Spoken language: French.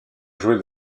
jouer